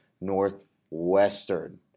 Northwestern